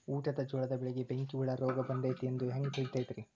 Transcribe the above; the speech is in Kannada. ಊಟದ ಜೋಳದ ಬೆಳೆಗೆ ಬೆಂಕಿ ಹುಳ ರೋಗ ಬಂದೈತಿ ಎಂದು ಹ್ಯಾಂಗ ತಿಳಿತೈತರೇ?